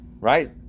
Right